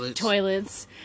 Toilets